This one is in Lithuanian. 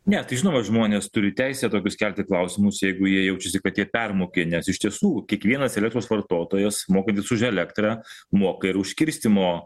ne tai žinoma žmonės turi teisę tokius kelti klausimus jeigu jie jaučiasi kad jie permokę nes iš tiesų kiekvienas elektros vartotojas mokantis už elektrą moka ir už skirstymo